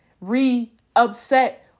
re-upset